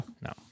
no